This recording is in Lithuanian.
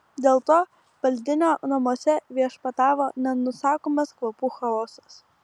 dėl to baldinio namuose viešpatavo nenusakomas kvapų chaosas